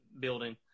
building